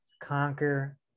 conquer